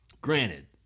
Granted